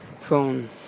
phone